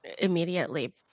immediately